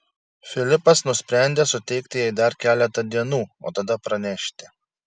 filipas nusprendė suteikti jai dar keletą dienų o tada pranešti